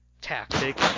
tactic